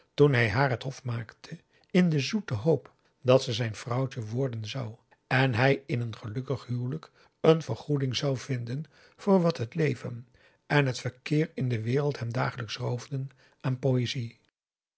toen hij haar het hof maakte in de zoete hoop dat ze zijn vrouwtje worden zou en hij in een gelukkig huwelijk een vergoeding zou vinden voor wat het leven en t verkeer in de wereld hem dagelijks roofden aan poëzie